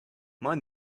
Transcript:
mind